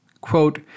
quote